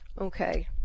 Okay